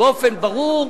באופן ברור.